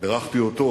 ובירכתי אותו